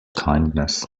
kindness